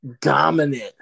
Dominant